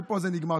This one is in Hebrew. ופה זה נגמר.